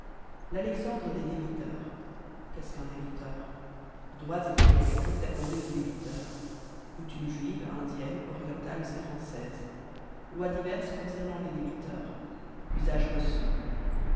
l'alexandre des débiteurs qu'est-ce qu'un débiteur droits et prérogatives accordés aux débiteurs coutumes juives indiennes orientales et françaises lois diverses concernant les débiteurs usages reçus